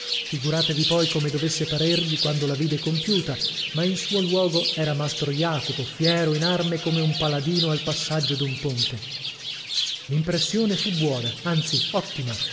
figuratevi poi come dovesse parergli quando la vide compiuta ma in suo luogo era mastro jacopo fiero in arme come un paladino al passaggio d'un ponte l'impressione fu buona anzi ottima